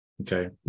Okay